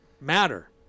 matter